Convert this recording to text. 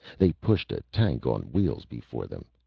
they pushed a tank on wheels before them.